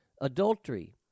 adultery